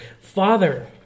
father